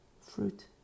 Fruit